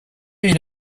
est